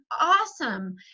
awesome